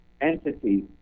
entity